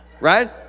Right